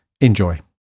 Enjoy